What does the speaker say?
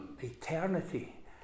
eternity